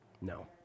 No